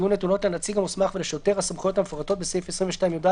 יהיו נתונות לנציג המוסמך ולשוטר הסמכויות המפורטות בסעיף 22יא,